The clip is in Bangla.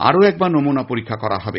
আরো একবার নমুনা পরীক্ষা করা হবে